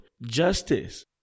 justice